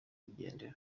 yigendera